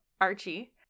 Archie